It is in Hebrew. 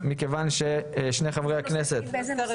כ"ה בטבת